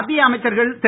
மத்திய அமைச்சர்கள் திரு